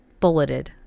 bulleted